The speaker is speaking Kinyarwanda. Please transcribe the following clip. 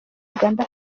uganda